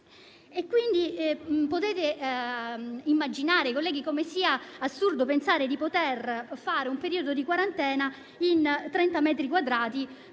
Potete immaginare, colleghi, come sia assurdo pensare di poter trascorrere un periodo di quarantena in 30 metri quadrati,